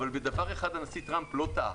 אבל בדבר אחד הנשיא טראמפ לא טעה.